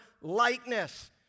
likeness